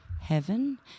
heaven